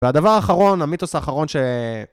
והדבר האחרון, המיתוס האחרון ש...